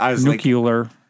nuclear